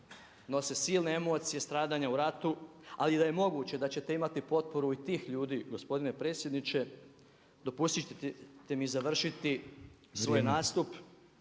nose silne emocije stradanja u ratu, ali da je moguće da ćete imati potporu i tih ljudi, gospodine predsjedniče. Dopustite mi završiti svoj nastup